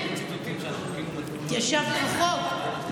התיישבת רחוק.